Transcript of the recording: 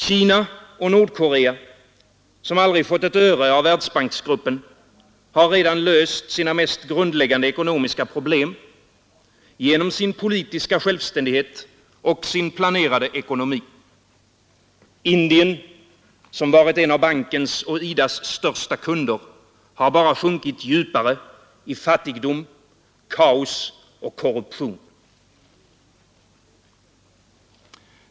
Kina och Nordkorea, som aldrig fått ett öre av Världsbanksgruppen, har redan löst sina mest grundläggande ekonomiska problem genom sin politiska självständighet och sin planerade ekonomi. Indien, som varit en av bankens och IDA:s största kunder, har bara sjunkit djupare i fattigdom, kaos och korruption.